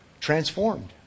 Transformed